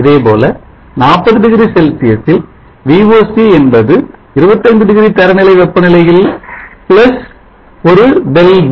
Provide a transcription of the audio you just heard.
இதேபோல 40 டிகிரி செல்சியஸில் VOC என்பது 25 டிகிரி தரநிலை வெப்பநிலையில் ஒரு Δv